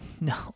No